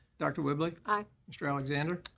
dr. whibley. aye. mr. alexander.